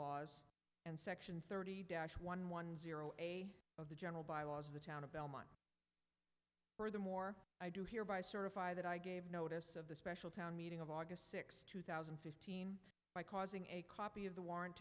laws section thirty dash one one zero a of the general bylaws of the town of belmont furthermore i do hereby certify that i gave notice of the special town meeting of august sixth two thousand and fifteen by causing a copy of the warrant